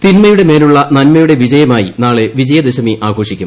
തിന്മയുടെമേലുള്ള നൻമയുടെ വിജയമായി നാളെ വിജയദശമി ആഘോഷിക്കും